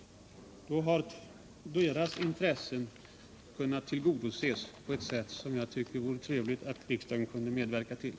Om förslaget bifalls har deras intressen tillgodosetts på ett sätt som jag tycker att det vore trevligt om riksdagen kunde medverka till.